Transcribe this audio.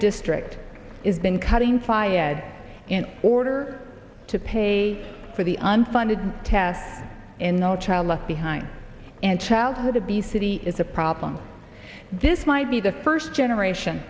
district is been cutting fayyad in order to pay for the unfunded test in no child left behind and childhood obesity is a problem this might be the first generation